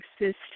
exist